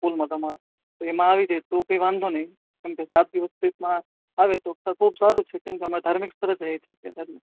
સ્કૂલમાં તમારી એમાં આવી જાય તો બી વાંધો નઇ કેમ કે સાત દિવસ ટ્રીપમાં આવે તો ખૂબ સારું છે કેમ કે અમારે ધાર્મિક સ્થળે જઈએ છે